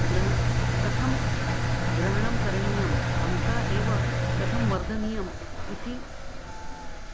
ग्रहः कथं ग्रहणं करणीयम् अङ्काः एव कथं वर्धनीयाः इति